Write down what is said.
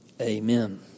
Amen